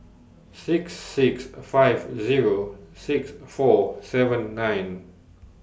six six five Zero six four seven nine